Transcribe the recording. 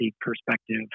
perspective